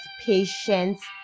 Patience